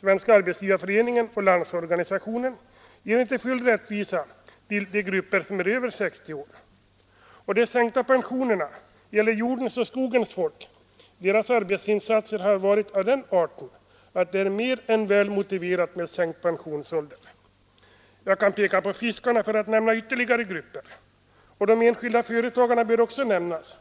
Svenska arbetsgivareföreningen och Landsorganisationen ger inte full rättvisa åt dem som är över 60 år. Den sänkta pensionsåldern gäller jordens och skogens folk. Deras arbetsinsatser har varit av den arten att det är mer än väl motiverat med sänkt pensionsålder. Jag kan peka på fiskarna för att nämna ytterligare grupper. De enskilda företagarna bör också nämnas.